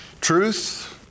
truth